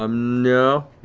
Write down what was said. um no.